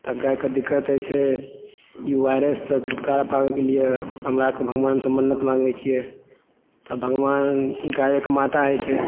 तऽ गायके दिक्कत होइ छै ई वाईरस से छुटकारा पाबयके लिए हमरा एखन भगवान से मन्नत माँगै छियै तऽ भगवान गायके माता होइत अछि